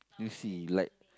you see like